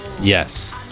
Yes